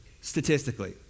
statistically